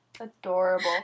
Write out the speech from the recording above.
Adorable